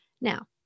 Now